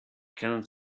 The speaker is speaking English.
cannot